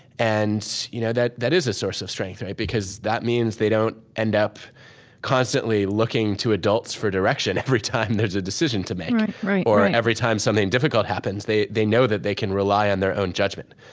and you know that that is a source of strength because that means they don't end up constantly looking to adults for direction every time there's a decision to make or every time something difficult happens they they know that they can rely on their own judgment